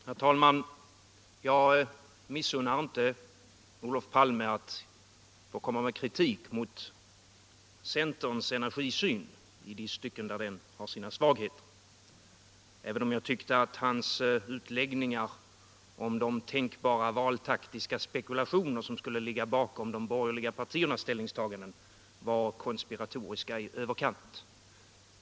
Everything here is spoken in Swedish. Herr talman! Jag missunnar inte Olof Palme att komma med kritik mot centerns energisyn i de stycken där den har sina svagheter — även om jag tyckte att hans utläggning om de tänkbara valtaktiska spekulationer som kunde ligga bakom de borgerliga partiernas ställningstaganden var konspiratorisk i överkant.